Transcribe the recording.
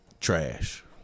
Trash